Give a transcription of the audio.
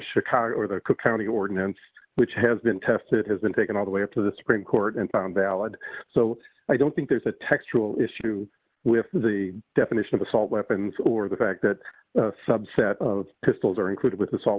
chicago or the cook county ordinance which has been tested has been taken all the way up to the supreme court and found valid so i don't think there's a textual issue with the definition of assault weapons or the fact that subset of pistols are included with assault